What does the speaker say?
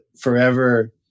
forever